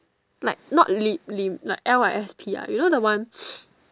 like not lip lip like L I S P ah you know the one